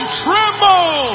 tremble